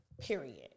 Period